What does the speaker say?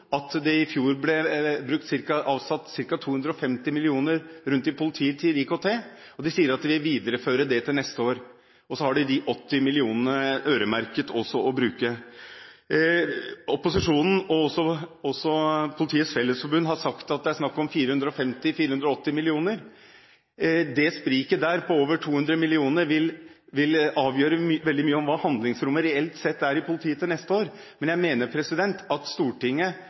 fjor ble avsatt ca. 250 mill. kr rundt i politiet til IKT. De sier de vil videreføre dette til neste år, og så har de de øremerkede 80 mill. kr å bruke også. Opposisjonen og også Politiets Fellesforbund har sagt at det er snakk om 450 mill. kr – 480 mill. kr. Det spriket på over 200 mill. kr vil avgjøre veldig mye om hva handlingsrommet reelt sett er i politiet til neste år, men jeg mener at Stortinget,